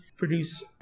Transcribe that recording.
Produce